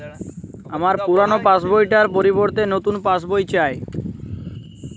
আমার পুরানো পাশ বই টার পরিবর্তে নতুন পাশ বই চাই